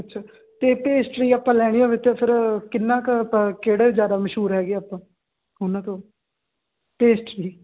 ਅੱਛਾ ਅਤੇ ਪੇਸਟਰੀ ਆਪਾਂ ਲੈਣੀ ਹੋਵੇ ਤਾਂ ਫਿਰ ਕਿੰਨਾ ਕੁ ਆਪਾਂ ਕਿਹੜਾ ਜ਼ਿਆਦਾ ਮਸ਼ਹੂਰ ਹੈਗੇ ਆ ਆਪਾਂ ਉਹਨਾਂ ਤੋਂ ਪੇਸਟਰੀ